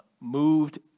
moved